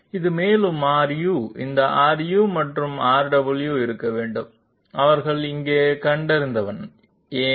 இது மேலும் Ru இந்த Ru மற்றும் Rw இருக்க வேண்டும் அவர்கள் இங்கே கண்டறிவதன் ஏன்